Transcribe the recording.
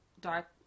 dark